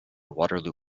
waterloo